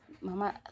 Mama